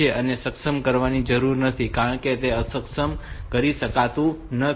તેને સક્ષમ કરવાની જરૂર નથી કારણ કે તે અક્ષમ કરી શકાતું નથી